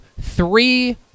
three